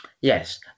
Yes